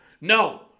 No